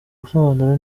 gusobanura